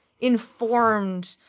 informed